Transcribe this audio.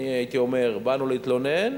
אני הייתי אומר: באנו להתלונן,